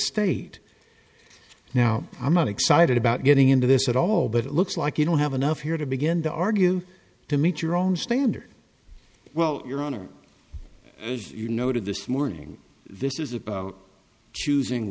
state now i'm not excited about getting into this at all but it looks like you don't have enough here to begin to argue to meet your own standard well your honor as you noted this morning this is about